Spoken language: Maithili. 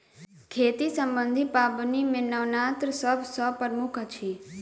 खेती सम्बन्धी पाबनि मे नवान्न सभ सॅ प्रमुख अछि